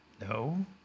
no